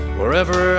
Wherever